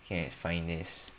okay find this